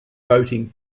boating